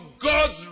God's